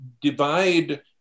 divide